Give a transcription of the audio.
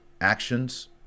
actions